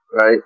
right